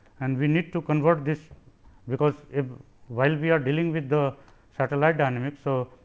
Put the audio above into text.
and we need to convert this because while we are dealing with the satellite dynamic. so,